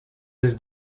les